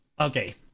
Okay